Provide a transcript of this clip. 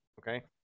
Okay